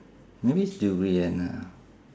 maybe durian lah